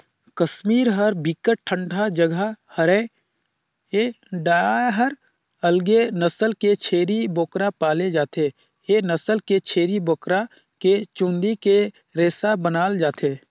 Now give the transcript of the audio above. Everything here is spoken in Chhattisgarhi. कस्मीर ह बिकट ठंडा जघा हरय ए डाहर अलगे नसल के छेरी बोकरा पाले जाथे, ए नसल के छेरी बोकरा के चूंदी के रेसा बनाल जाथे